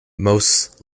most